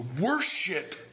worship